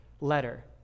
letter